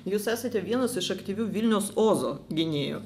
jūs esate vienas iš aktyvių vilniaus ozo gynėjų